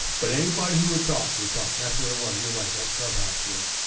but anybody who would talk we talked that's where well you're right that clubhouse was